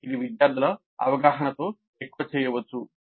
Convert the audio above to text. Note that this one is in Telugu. ఇది విద్యార్థుల అవగాహనతో ఎక్కువ చేయవచ్చు